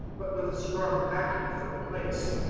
but with a strong backing for the place.